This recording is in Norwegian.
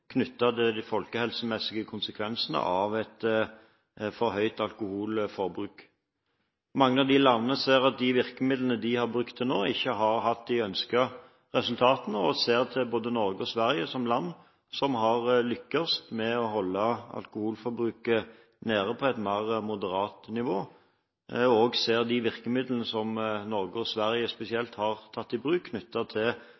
til de folkehelsemessige konsekvensene av et for høyt alkoholforbruk. Mange av disse landene ser at de virkemidlene de har brukt til nå ikke har hatt de ønskede resultatene. De ser at både Norge og Sverige er land som har lyktes med å holde alkoholforbruket nede på et mer moderat nivå – med de virkemidlene som Norge og Sverige spesielt